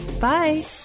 Bye